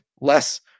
less